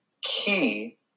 key